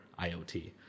IoT